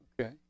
okay